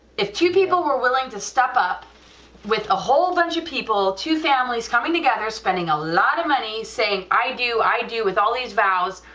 if two people were willing to step up with a whole bunch of people, two families coming together spending a lot of money, saying i do i do with all these vows,